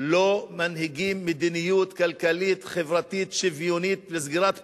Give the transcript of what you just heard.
לא מנהיגים מדיניות כלכלית-חברתית שוויונית לסגירת פערים.